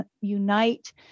unite